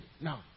Now